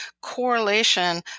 correlation